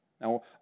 Now